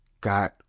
Got